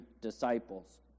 disciples